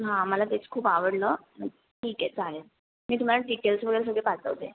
हां मला तेच खूप आवडलं ठीक आहे चालेल मी तुम्हाला डीटेल्स वगैरे सगळे पाठवते